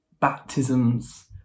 baptisms